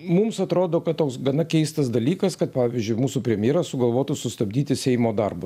mums atrodo kad toks gana keistas dalykas kad pavyzdžiui mūsų premjeras sugalvotų sustabdyti seimo darbą